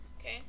Okay